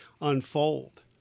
unfold